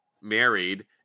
married